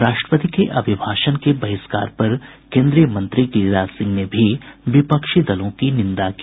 राष्ट्रपति के अभिभाषण के बहिष्कार पर केन्द्रीय मंत्री गिरिराज सिंह ने भी विपक्षी दलों की निंदा की